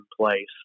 place